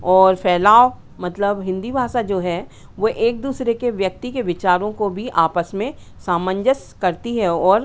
और फ़ैलाव मतलब हिन्दी भाषा जो है वो एक दूसरे के व्यक्ति के विचारों को भी आपस में सामंजस्य करती है और